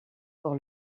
pour